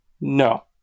no